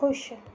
खुश